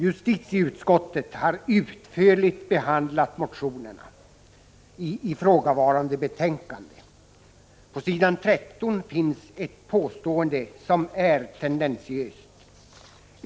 Justitieutskottet har utförligt behandlat motionerna i ifrågavarande betänkande. På s. 17 finns ett påstående som är tendentiöst.